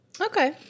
Okay